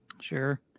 Sure